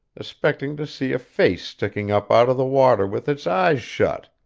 expecting to see a face sticking up out of the water with its eyes shut.